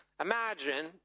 imagine